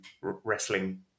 wrestling